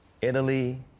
Italy